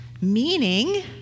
Meaning